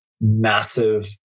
massive